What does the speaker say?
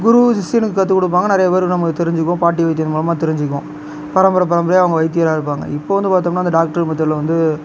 குரு சிஷ்யனுக்கு கற்றுக்குடுப்பாங்க நிறையா பேர் நம்மளுக்கு தெரிஞ்சிக்குவோம் பாட்டி வைத்தியம் மூலிமா தெரிஞ்சிக்குவோம் பரம்பரை பரம்பரையாக அவங்க வைத்தியராக இருப்பாங்க இப்போ வந்து பார்த்தோம்னா அந்த டாக்டர் பொறுத்தவரையிலும் வந்து